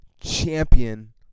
champion